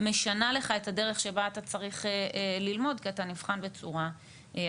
משנה לך את הדרך שבה אתה צריך ללמוד כי אתה נבחן בצורה אחרת.